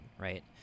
right